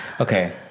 Okay